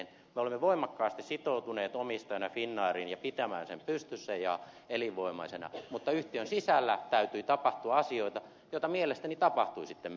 me olemme voimakkaasti sitoutuneet omistajana finnairiin ja pitämään sen pystyssä ja elinvoimaisena mutta yhtiön sisällä täytyy tapahtua asioita joita mielestäni tapahtui sitten myöhemmin